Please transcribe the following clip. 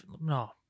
No